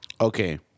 Okay